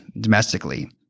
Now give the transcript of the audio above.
domestically